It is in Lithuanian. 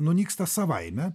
nunyksta savaime